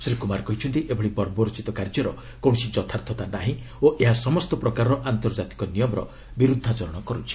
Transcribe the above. ଶ୍ରୀ କୁମାର କହିଛନ୍ତି ଏଭଳି ବର୍ବରୋଚିତ କାର୍ଯ୍ୟର କୌଣସି ଯଥାର୍ଥତା ନାହିଁ ଓ ଏହା ସମସ୍ତ ପ୍ରକାର ଆନ୍ତର୍ଜାତିକ ନିୟମର ବିର୍ରଦ୍ଧାଚରଣ କର୍ରଛି